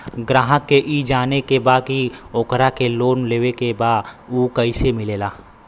ग्राहक के ई जाने के बा की ओकरा के लोन लेवे के बा ऊ कैसे मिलेला?